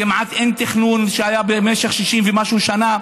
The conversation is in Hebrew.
כמעט אין תכנון, זה היה במשך 60 ומשהו שנה,